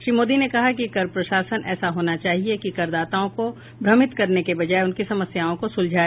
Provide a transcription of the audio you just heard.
श्री मोदी ने कहा कि कर प्रशासन ऐसा होना चाहिए कि वह करदाताओं को भ्रमित करने की बजाय उनकी समस्याओं को सूलझाए